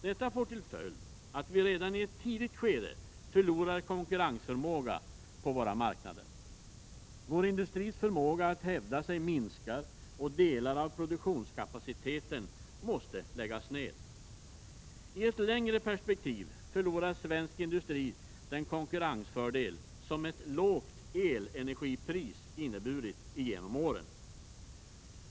Detta får till följd att vi redan i ett tidigt skede förlorar konkurrensförmåga på våra marknader. Vår industris förmåga att hävda sig minskar, och delar av produktionskapaciteten måste läggas ned. I ett längre perspektiv förlorar svensk industri den konkurrensfördel som ett lågt elenergipris inneburit genom åren.